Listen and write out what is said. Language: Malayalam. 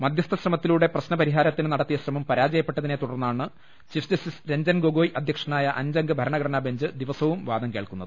മധ്യസ്ഥ ശ്രമത്തിലൂടെ പ്രശ്ന പരിഹാരത്തിന് നടത്തിയ ശ്രമം പരാജയ പ്പെട്ടതിനെ തുടർന്നാണ് ചീഫ് ജസ്റ്റിസ് രഞ്ജൻ ഗൊഗോയ് അധ്യ ക്ഷനായ അഞ്ചംഗ ഭരണഘടനാ ബെഞ്ച് ദിവസവും വാദം കേൾക്കുന്നത്